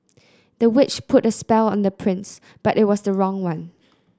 the witch put a spell on the prince but it was the wrong one